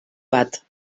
bat